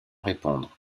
répondre